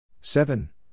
seven